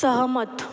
सहमत